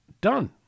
done